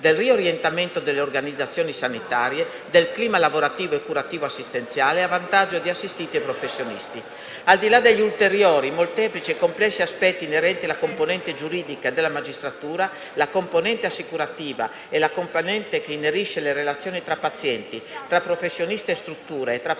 del riorientamento delle organizzazioni sanitarie, del clima lavorativo e curativo assistenziale a vantaggio di assistiti e professionisti. Al di là degli ulteriori, molteplici e complessi aspetti inerenti la componente giuridica e della magistratura, la componente assicurativa e la componente che inerisce le relazioni tra pazienti, tra professionisti e struttura e tra